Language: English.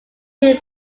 two